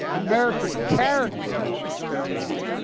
america's character is on the ballot.